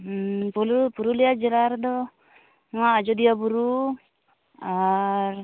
ᱯᱩᱨᱩᱞᱤᱭᱟ ᱡᱮᱞᱟ ᱨᱮᱫᱚ ᱱᱚᱣᱟ ᱟᱡᱚᱫᱤᱭᱟ ᱵᱩᱨᱩ ᱟᱨ